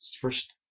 first